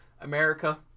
America